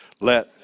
let